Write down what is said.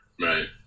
Right